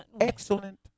excellent